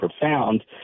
profound